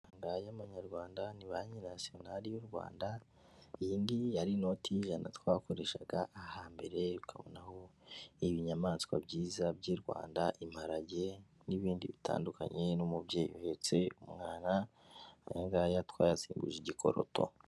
Amafaranga y'amanyarwanda ni Banki Nasiyonari y'u Rwanda, iyi ngiyi yari inoti y'ijana twakoreshaga ahambere, ukabonaho ibinyamaswa byiza by'i Rwanda, imparage n'ibindi bitandukanye n'umubyeyi uhetse umwana, aya ngaya twayasimbuje igikoroto.